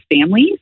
families